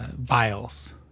vials